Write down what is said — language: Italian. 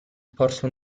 porse